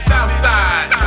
Southside